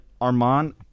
Armand